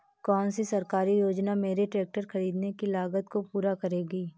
कौन सी सरकारी योजना मेरे ट्रैक्टर ख़रीदने की लागत को पूरा करेगी?